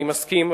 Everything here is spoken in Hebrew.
אני מסכים,